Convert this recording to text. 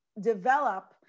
develop